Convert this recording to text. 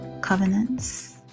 covenants